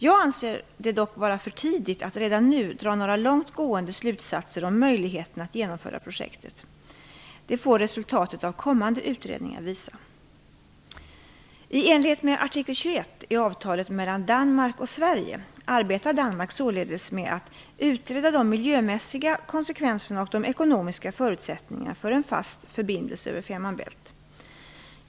Jag anser det dock vara för tidigt att redan nu dra några långt gående slutsatser om möjligheten att genomföra projektet. Det får resultatet av kommande utredningar visa. I enlighet med artikel 21 i avtalet mellan Danmark och Sverige arbetar Danmark således med att utreda de miljömässiga konsekvenserna och de ekonomiska förutsättningarna för en fast förbindelse över Fehmarn Bält.